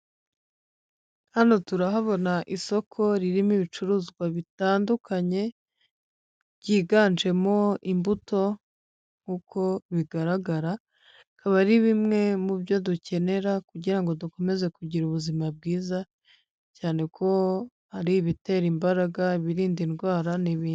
Hano turahabona isoko ririmo ibicuruzwa bitandukanye byiganjemo imbuto, uko bigaragara bikaba ari bimwe mu byo dukenera kugira ngo dukomeze kugira ubuzima bwiza, cyane ko ari ibitera imbaraga, ibirinda indwara n'ibindi.